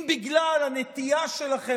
אם בגלל הנטייה שלכם,